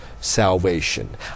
salvation